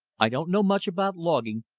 i don't know much about logging,